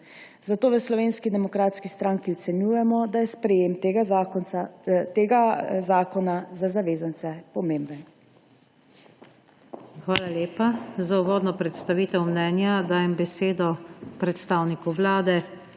Zato v Slovenski demokratski stranki ocenjujemo, da je sprejetje tega zakona za zavezance pomembno.